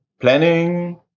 planning